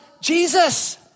Jesus